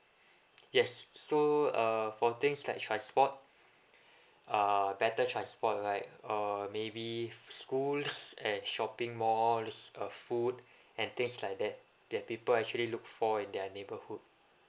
yes so uh for things like transport err better transport right or maybe schools and shopping malls uh food and things like that that people actually look for in their neighborhood